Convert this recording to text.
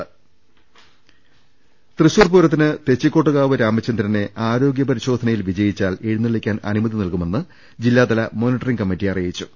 രുട്ട്ട്ട്ട്ട്ട്ട്ട്ട തൃശൂർ പൂരത്തിന് തെച്ചിക്കോട്ടുകാവ് രാമചന്ദ്രനെ ആരോഗൃ പരിശോ ധനയിൽ വിജയിച്ചാൽ എഴുന്നള്ളിക്കാൻ അനുമതി നൽകുമെന്ന് ജില്ലാതല മോണിറ്ററിംഗ് കമ്മിറ്റി അറിയിച്ചു